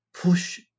push